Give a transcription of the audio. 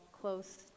close